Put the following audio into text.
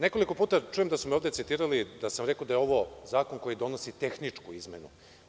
Nekoliko puta čujem da su me ovde citirali da sam rekao da je ovo zakon koji donosi tehničku izmenu.